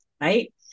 right